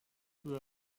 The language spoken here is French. peu